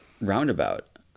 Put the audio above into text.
roundabout